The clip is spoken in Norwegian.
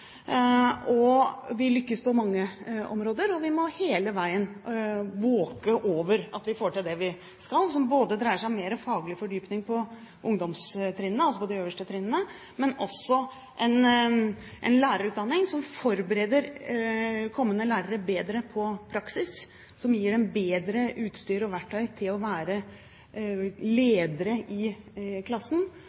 Vi lykkes på mange områder, og vi må hele veien våke over at vi får til det vi skal, som dreier seg om mer faglig forypning på ungdomstrinnene, altså på de øverste trinnene. Men det dreier seg også om en lærerutdanning som forbereder kommende lærere bedre på praksis, som gir dem bedre utstyr og verktøy til å være leder i klassen,